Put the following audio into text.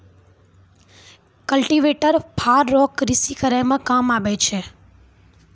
cultivator फार रो कृषि करै मे काम आबै छै